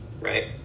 right